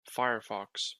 firefox